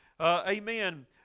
amen